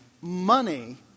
money